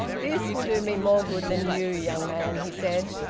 this will do me more good than you, young man, he said.